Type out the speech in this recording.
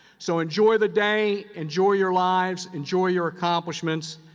so enjoy the day, enjoy your lives, enjoy your accomplishments.